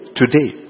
today